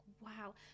wow